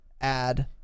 add